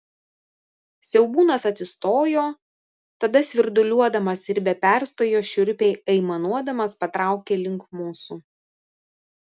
siaubūnas atsistojo tada svirduliuodamas ir be perstojo šiurpiai aimanuodamas patraukė link mūsų